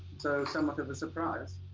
so somewhat of a surprise.